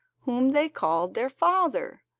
whom they called their father,